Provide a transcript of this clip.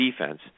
defense